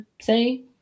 say